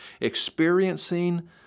experiencing